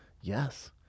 Yes